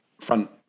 front